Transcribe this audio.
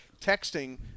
texting